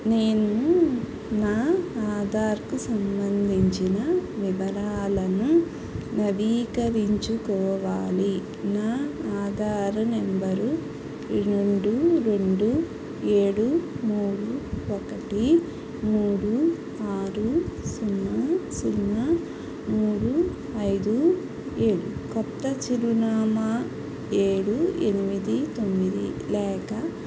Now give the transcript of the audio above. నేనూ నా ఆధార్కు సంబంధించిన వివరాలను నవీకరించుకోవాలి నా ఆధారు నెంబరు రెండు రెండు ఏడు మూడు ఒకటి మూడు ఆరు సున్నా సున్నా మూడు ఐదు ఏడు కొత్త చిరునామా ఏడు ఎనిమిది తొమ్మిది లేక